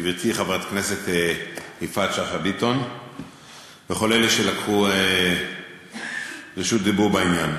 גברתי חברת הכנסת יפעת שאשא ביטון וכל אלה שלקחו רשות דיבור בעניין,